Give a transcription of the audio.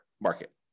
market